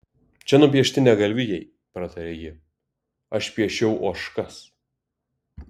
čia nupiešti ne galvijai pratarė ji aš piešiau ožkas